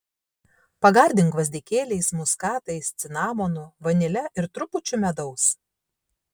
pagardink gvazdikėliais muskatais cinamonu vanile ir trupučiu medaus